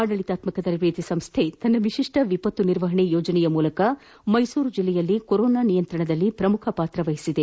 ಆದಳಿತಾತ್ಮಕ ತರಬೇತಿ ಸಂಸ್ಥೆ ತನ್ನ ವಿಶಿಷ್ಟ ವಿಪತ್ತು ನಿರ್ವಹಣೆ ಯೋಜನೆಯ ಮೂಲಕ ಜಿಲ್ಲೆಯಲ್ಲಿ ಕೊರೋನಾ ನಿಯಂತ್ರಣದಲ್ಲಿ ಪ್ರಮುಖ ಪಾತ್ರ ವಹಿಸಿದೆ